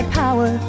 power